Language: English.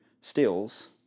stills